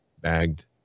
bagged